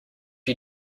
you